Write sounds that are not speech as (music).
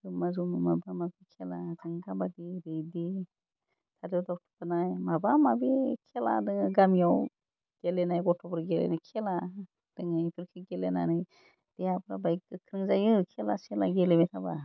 जमा जमा माबा माबा खेला काबादि आरि बिदि (unintelligible) माबा माबि खेला दङ गामियाव गेलेनाय गथ'फोर गेलेनाय खेला दङ बिफोरखौ गेलेनानै देहाफ्रा बाइ गोख्रों जायो खेला सेला गेलेबाय थाबा